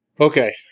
Okay